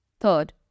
Third